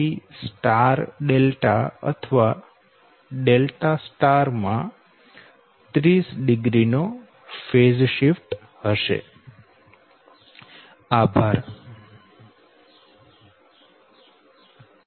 તેથી star delta અથવા delta star માં 30o નો ફેઝ શિફ્ટ હશે